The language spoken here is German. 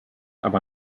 aber